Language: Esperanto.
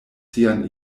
sian